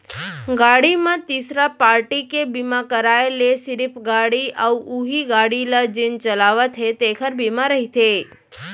गाड़ी म तीसरा पारटी के बीमा कराय ले सिरिफ गाड़ी अउ उहीं गाड़ी ल जेन चलावत हे तेखर बीमा रहिथे